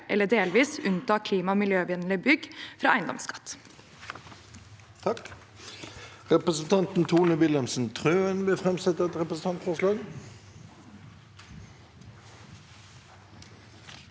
eller delvis unnta klima- og miljøvennlige bygg fra eiendomsskatt.